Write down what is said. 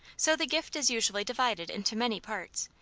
so the gift is usually divided into many parts,